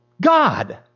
God